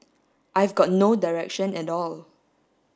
I've got no direction at all